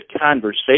conversation